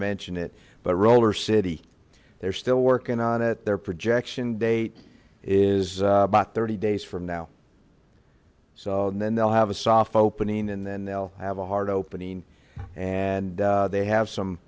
mention it but roller city they're still working on it they're projection date is about thirty days from now so then they'll have a soft opening and then they'll have a hard opening and they have some